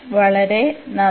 വളരെ നന്ദി